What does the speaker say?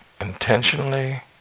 intentionally